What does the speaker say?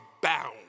bound